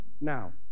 Now